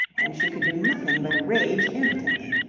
and she could do nothing but rage impotently.